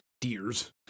deers